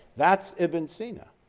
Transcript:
that's ibn sina.